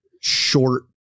short